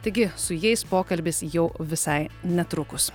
taigi su jais pokalbis jau visai netrukus